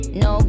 no